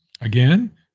Again